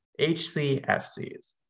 HCFCs